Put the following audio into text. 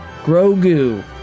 Grogu